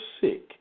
sick